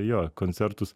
jo koncertus